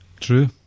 True